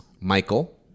Michael